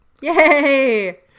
Yay